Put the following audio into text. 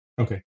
Okay